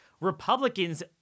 Republicans